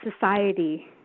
society